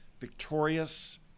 victorious